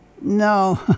No